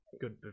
good